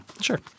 Sure